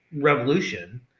revolution